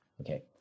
okay